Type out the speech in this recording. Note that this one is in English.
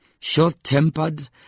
short-tempered